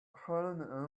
helen